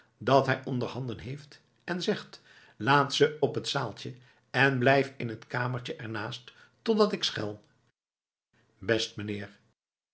dat hij onder handen heeft en zegt laat ze op het zaaltje en blijf in het kamertje er naast totdat ik schel best meneer